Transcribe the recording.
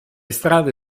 strade